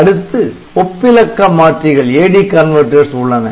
அடுத்து ஒப்பிலக்க மாற்றிகள் AD converters உள்ளன